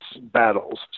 battles